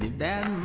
that